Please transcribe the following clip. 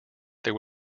there